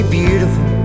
beautiful